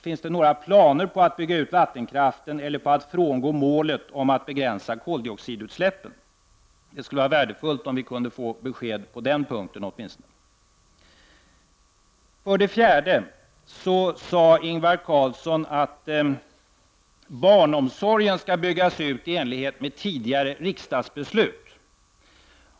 Finns det några planer på att bygga ut vattenkraften eller på att frångå målet att begränsa koldioxidutsläppen? Det skulle vara värdefullt om vi kunde få besked åtminstone på den punkten. För det fjärde: Ingvar Carlsson sade att barnomsorgen skall byggas ut i enlighet med tidigare riksdagsbeslut.